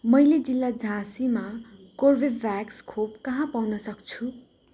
मैले जिल्ला झाँसीमा कर्बेभ्याक्स खोप कहाँ पाउनसक्छु